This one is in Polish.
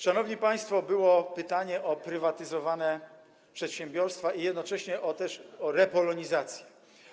Szanowni państwo, było pytanie o prywatyzowane przedsiębiorstwa i jednocześnie o repolonizację.